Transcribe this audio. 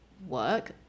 work